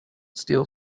still